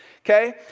okay